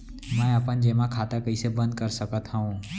मै अपन जेमा खाता कइसे बन्द कर सकत हओं?